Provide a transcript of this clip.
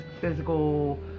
physical